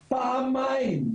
פעמיים,